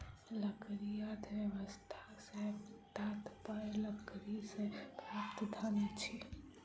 लकड़ी अर्थव्यवस्था सॅ तात्पर्य लकड़ीसँ प्राप्त धन अछि